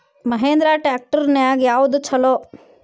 Mahindra tractor ನ್ಯಾಗ ಯಾವ್ದ ಛಲೋ?